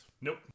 Nope